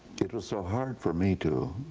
it was so hard for me to